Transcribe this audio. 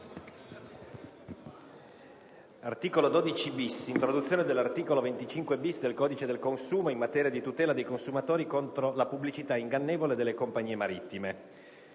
«Art. 12-*bis*. *(Introduzione dell'articolo 25-bis del codice del consumo, in materia di tutela dei consumatori contro la pubblicità ingannevole delle compagnie marittime).*